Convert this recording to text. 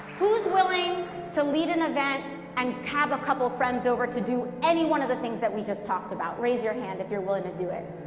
who's willing to lead an event, and have a couple friends over to do any one of the things that we just talked about? raise your hand if you're willing to do it.